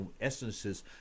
essences